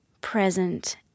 present